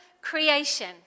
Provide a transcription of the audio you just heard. creation